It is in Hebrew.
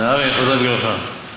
נהרי, אני חוזר בגללך.